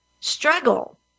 struggle